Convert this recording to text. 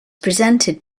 presented